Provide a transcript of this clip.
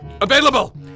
available